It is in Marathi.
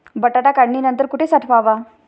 बटाटा काढणी नंतर कुठे साठवावा?